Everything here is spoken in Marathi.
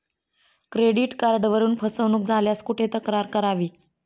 क्रेडिट कार्डवरून फसवणूक झाल्यास कुठे तक्रार करावी?